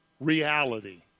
reality